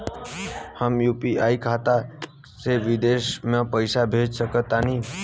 हम यू.पी.आई खाता से विदेश म पइसा भेज सक तानि?